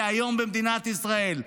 חשוב שתזכרו, היום במדינת ישראל,